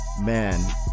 Man